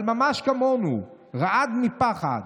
אבל ממש כמונו, רעד מפחד.